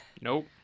Nope